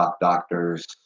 doctors